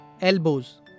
elbows